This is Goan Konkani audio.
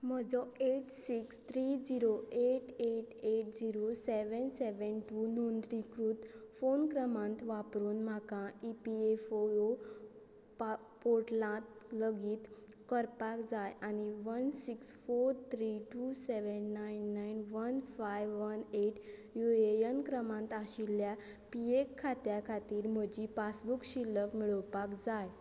म्हजो eight six three zero eight eight eight zero seven seven two नोंदणीकृत फोन क्रमांक वापरून म्हाका ई पी एफ ओ यो पा पोर्टलांत लॉगीन करपाक जाय आनी one six four three two seven nine nine one five one eight U A N क्रमांक आशिल्ल्या पी एफ खात्या खातीर म्हजी पासबूक शिल्लक मेळोवपाक जाय